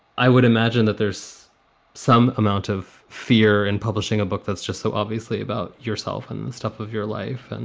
i would imagine that there's some amount of fear in publishing a book that's just so obviously about yourself and the stuff of your life. and,